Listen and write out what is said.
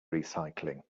recycling